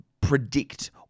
predict